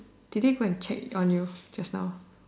did they go and check on you just now